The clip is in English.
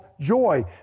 joy